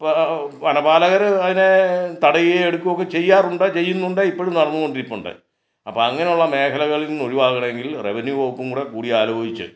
ഇപ്പോൾ വനപാലകർ അതിനെ തടയുകയും എടുക്കുമൊക്കെ ചെയ്യാറുണ്ട് ചെയ്യുന്നുണ്ട് ഇപ്പോഴും നടന്ന് കൊണ്ടിരിപ്പുണ്ട് അപ്പം അങ്ങനെയുള്ള മേഖലകളിൽ നിന്ന് ഒഴിവാകണങ്കിൽ റവന്യൂ വകുപ്പും കൂടെ കൂടി ആലോചിച്ച്